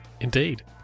Indeed